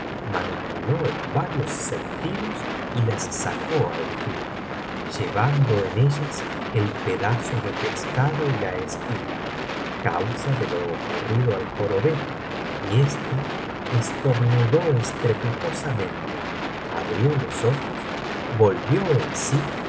jorobado manipuló en varios sentidos y las sacó al fin llevando en ellas el pedazo de pescado y la espina causa de lo ocurrido al jorobeta y éste estornudó estrepitosamente abrió los ojos volvió en sí